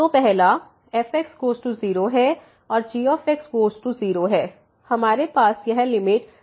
तो पहला fगोज़ टू 0 है और gxगोज़ टू 0 है हमारे पास यह लिमिट 00है